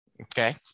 okay